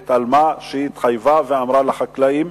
את מה שהיא התחייבה ואמרה לחקלאים,